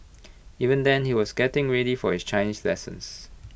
even then he was getting ready for his Chinese lessons